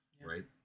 right